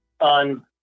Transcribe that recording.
On